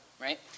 right